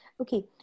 Okay